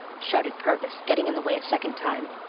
shouted purvis, getting in the way a second time.